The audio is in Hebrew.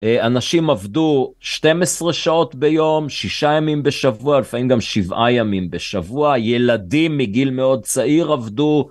אנשים עבדו 12 שעות ביום, 6 ימים בשבוע, לפעמים גם 7 ימים בשבוע, ילדים מגיל מאוד צעיר עבדו.